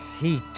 Heat